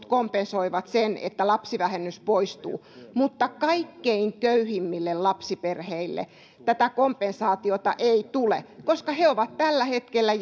kompensoivat sen että lapsivähennys poistuu mutta kaikkein köyhimmille lapsiperheille tätä kompensaatiota ei tule koska he ovat jo tällä hetkellä